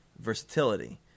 versatility